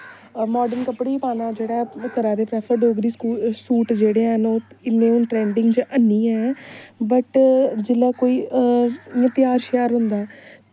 modern कपड़ें ही पाना जेह्ड़ा ऐ ओह् करा दे प्रेफर डोगरी स्कूल सूट जेह्ड़े हैन ओह् इन्ने हून ट्रैंडिंग च हैनी ऐ बट जेल्लै कोई ध्याह्र शयाह्र होंदा ऐ